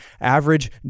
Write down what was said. average